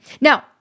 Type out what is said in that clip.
Now